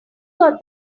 got